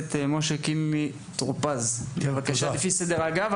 הכנסת משה קינלי טורפז, בבקשה לפי סדר ההגעה.